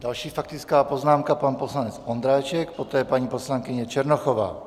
Další faktická poznámka, pan poslanec Ondráček, poté paní poslankyně Černochová.